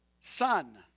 Son